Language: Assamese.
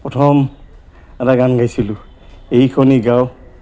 প্ৰথম এটা গান গাইছিলোঁ এইখনি গাঁও